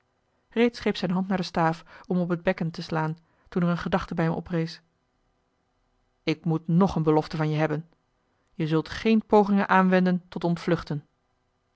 reeds greep zijn hand naar de staaf om op het bekken te slaan toen er een gedachte bij hem oprees ik moet ng een belofte van je hebben je zult geen pogingen aanwenden tot ontvluchten